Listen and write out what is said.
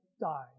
died